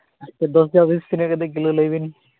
ᱟᱪᱪᱷᱟ ᱫᱚᱥ ᱪᱷᱟᱵᱵᱤᱥ ᱛᱤᱱᱟᱹᱜ ᱠᱟᱛᱮ ᱠᱤᱞᱳ ᱞᱟᱹᱭᱵᱤᱱ